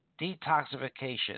detoxification